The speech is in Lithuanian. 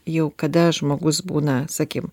jau kada žmogus būna sakym